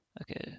Okay